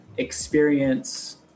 experience